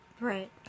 Right